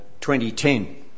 2010